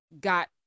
got